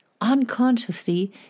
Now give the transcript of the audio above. Unconsciously